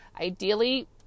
ideally